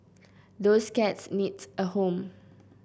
those cats needs a home